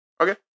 Okay